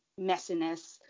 messiness